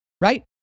right